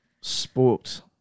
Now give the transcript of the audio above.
sport